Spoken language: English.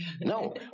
No